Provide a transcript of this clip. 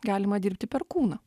galima dirbti per kūną